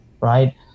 right